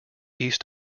east